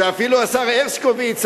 שאפילו השר הרשקוביץ,